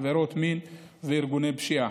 עבירות מין וארגוני פשיעה.